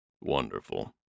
Wonderful